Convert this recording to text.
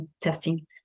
testing